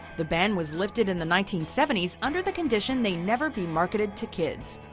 the ban was lifted in the nineteen seventy s, under the condition they never be marketed to kids.